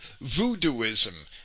voodooism